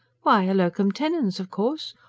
why, a locum tenens, of course.